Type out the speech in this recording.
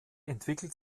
entwickelt